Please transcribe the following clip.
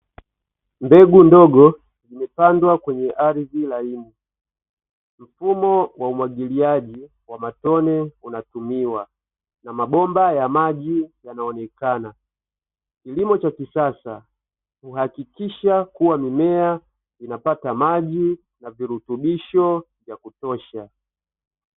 Mbegu ndogo zimepandwa kwenye ardhi laini. Mfumo wa umwagiliaji wa matone unatumiwa, na mabomba ya maji yanaonekana, kilimo cha kisasa kuhakikisha kuwa mimea inapata maji na virutubisho vya kutosha.